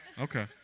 okay